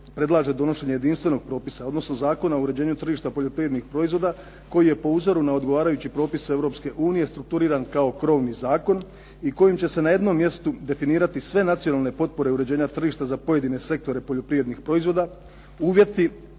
predlaže donošenje jedinstvenog propisa odnosno Zakona o uređenju tržišta poljoprivrednih proizvoda koji je po uzoru na odgovarajući propis Europske unije strukturiran kao krovni zakon i kojim će se na jednom mjestu definirati sve nacionalne potpore uređenja tržišta za pojedine sektore poljoprivrednih proizvoda, uvjeti